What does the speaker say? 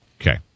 Okay